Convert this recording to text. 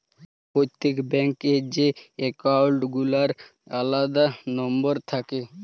প্রত্যেক ব্যাঙ্ক এ যে একাউল্ট গুলার আলাদা লম্বর থাক্যে